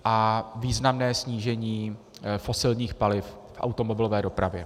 A významné snížení fosilních paliv v automobilové dopravě.